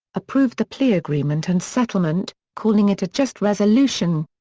approved the plea agreement and settlement, calling it a just resolution.